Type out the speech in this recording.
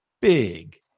big